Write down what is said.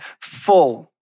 full